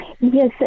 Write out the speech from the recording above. Yes